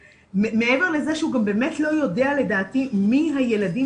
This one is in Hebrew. מעבר לזה שהוא גם באמת לא יודע לדעתי מי הילדים